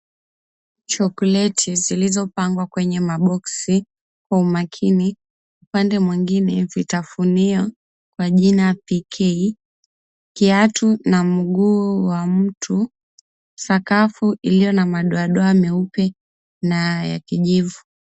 Chokoleti zilizopangwa kwenye maboksi kwa umakini. Upande mwingine, vitafunio kwa jina PK , kiatu na mguu wa mtu, sakafu iliyo na madoadoa meupe na ya kijivu.